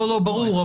ברור.